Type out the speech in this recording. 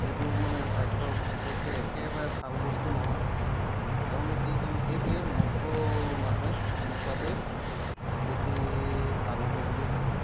সেইটো মানে স্বাস্থ্যৰ পক্ষে একেবাৰে ভাল বস্তু নহয় আৰুনো কি ক'ম সেইটোৱে মদটো মানুহে নোখোৱাটোৱেই বেছি ভাল হ'ব বুলি ভাবোঁ